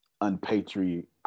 unpatriotic